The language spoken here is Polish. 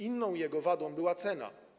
Inną jego wadą była cena.